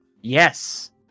Yes